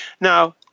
Now